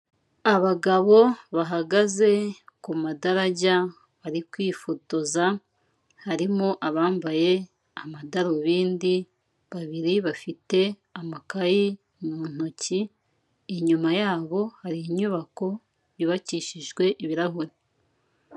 Abagabo bahagaze ku madarajya bari kwifotoza, harimo abambaye amadarubindi, babiri bafite amakayi mu ntoki, inyuma yabo hari inyubako yubakishijwe ibirahuri.